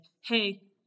Hey